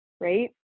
Right